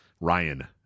Ryan